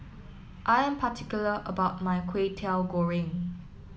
I am particular about my Kway Teow Goreng